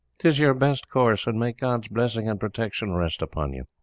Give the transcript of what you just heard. tis your best course, and may god's blessing and protection rest upon you!